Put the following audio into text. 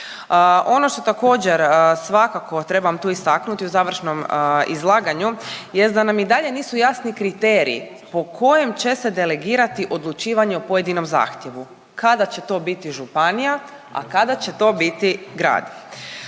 Ono što također svakako trebam tu istaknuti u završnom izlaganju jest da nam i dalje nisu jasni kriteriji po kojim će se delegirati odlučivanje o pojedinom zahtjevu kada će to biti županija, a kada će to biti grad.